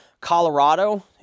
Colorado